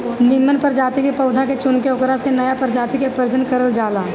निमन प्रजाति के पौधा के चुनके ओकरा से नया प्रजाति के प्रजनन करवावल जाला